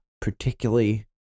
particularly